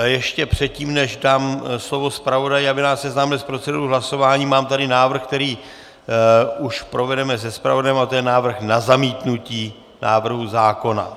Ještě předtím než dám slovo zpravodaji, aby nás seznámil s procedurou hlasování, mám tady návrh, který už provedeme se zpravodajem, a to je návrh na zamítnutí návrhu zákona.